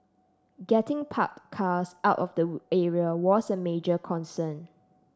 getting parked cars out of the area was a major concern